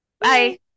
Bye